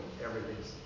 everything's